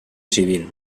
civil